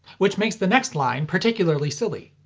which makes the next line particularly silly.